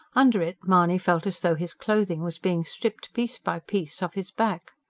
under it mahony felt as though his clothing was being stripped piece by piece off his back.